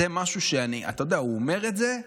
זה משהו שאני, אתה יודע, הוא אומר את זה,